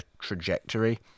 trajectory